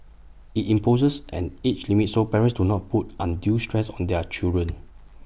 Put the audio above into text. IT imposes an age limit so parents do not put undue stress on their children